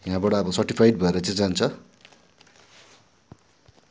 यहाँबाट अब सार्टिफाइड भएर चाहिँ जान्छ